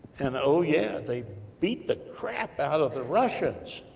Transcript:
and oh yeah, they beat the crap out of the russians,